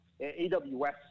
AWS